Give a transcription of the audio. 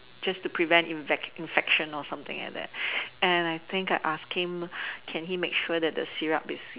just to prevent infect~ infection or something like that and I think I asked him can he make sure that the syrup is